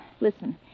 listen